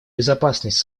безопасность